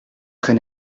très